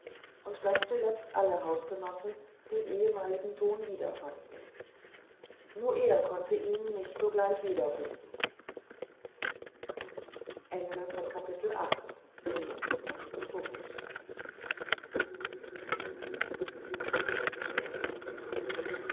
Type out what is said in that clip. und daß zuletzt alle hausgenossen den ehemaligen ton wiederfanden nur er konnte ihn nicht sogleich wiederfinden